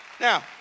Now